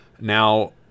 Now